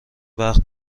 وقت